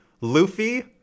Luffy